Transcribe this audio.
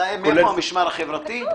אתה מהמשמר החברתי?